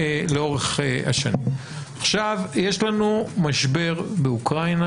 עכשיו יש לנו משבר באוקראינה,